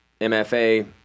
MFA